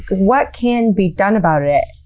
what can be done about it?